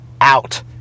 out